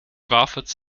wafels